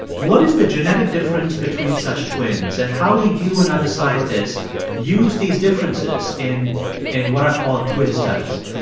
what is the genetic difference between such twins, and how do you and other scientists use these differences in in what are called twin studies?